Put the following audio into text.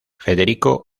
federico